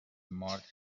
مارت